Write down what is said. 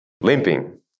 limping